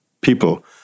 people